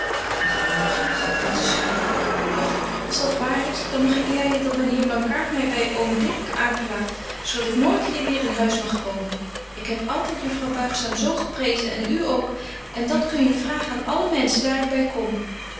te schreijen och als dat waar is dan mag ik lyen dat myn heer blankaart my by oom dirk aanklaagt en dat ik nooit hier weer in huis mag komen ik heb altyd juffrouw buigzaam zo geprezen en u ook en dat kun je vragen aan alle menschen daar ik by kom